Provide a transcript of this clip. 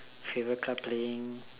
favorite club playing